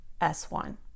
s1